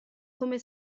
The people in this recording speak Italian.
come